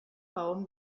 baum